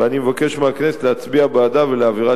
ואני מבקש מהכנסת להצביע בעדה ולהעבירה